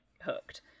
hooked